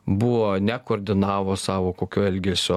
buvo nekoordinavo savo kokio elgesio